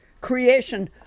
creation